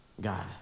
God